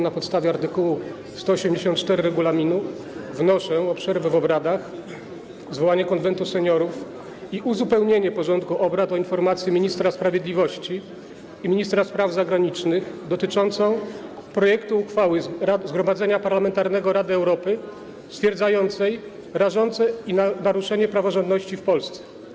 Na podstawie art. 184 regulaminu wnoszę o przerwę w obradach, zwołanie Konwentu Seniorów i uzupełnienie porządku obrad o informację ministra sprawiedliwości i ministra spraw zagranicznych dotyczącą projektu uchwały Zgromadzenia Parlamentarnego Rady Europy stwierdzającej rażące naruszenie praworządności w Polsce.